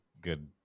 good